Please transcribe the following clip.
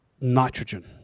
nitrogen